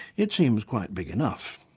it seems quite big enough.